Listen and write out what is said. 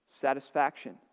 satisfaction